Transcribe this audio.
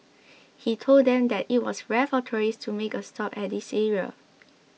he told them that it was rare for tourists to make a stop at this area